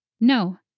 No